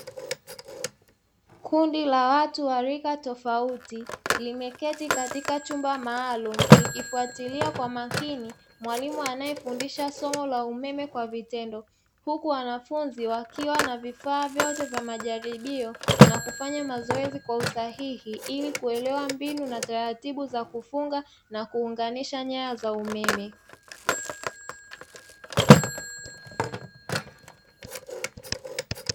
Kundi la watu wa rika tofauti limeketi katika chumba maalumu, likifwatilia kwa makini mwalimu anayefundisha somo la umeme kwa vitendo, huku wanafunzi wakiwa na vifaa vyote vya majaribio na kufanya mazoezi kwa usahihi ili kuelewa mbinu na taratibu za kufunga na kuunganisha nyaya za umeme.